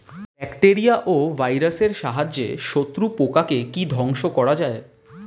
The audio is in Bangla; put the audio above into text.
ব্যাকটেরিয়া ও ভাইরাসের সাহায্যে শত্রু পোকাকে কি ধ্বংস করা যায়?